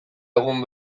egun